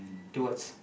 towards